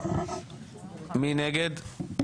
מי נגד?